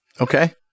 Okay